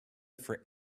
for